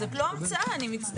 זאת לא המצאה, אני מצטערת.